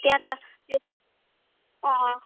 त्यहाँ त उयो अँ